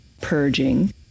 purging